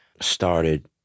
started